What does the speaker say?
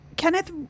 Kenneth